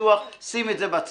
ביטוח שים את זה בצד.